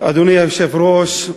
אדוני היושב-ראש,